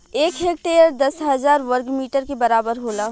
एक हेक्टेयर दस हजार वर्ग मीटर के बराबर होला